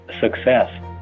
success